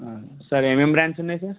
సరే ఏమేం బ్రాండ్స్ ఉన్నాయి సార్